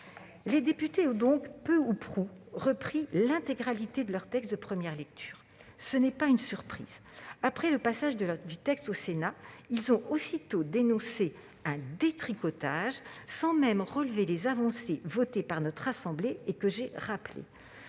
Les députés ont donc peu ou prou repris l'intégralité de leur texte de première lecture. Ce n'est pas une surprise. Après le passage du texte au Sénat, ils ont aussitôt dénoncé un « détricotage », sans même relever les avancées votées par notre assemblée et que j'ai rappelées.